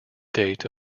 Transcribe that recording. date